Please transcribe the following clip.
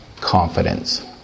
confidence